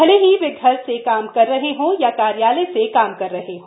भले ही वे घर से काम कर रहे हों या कार्यालय से काम कर रहे हों